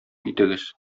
итегез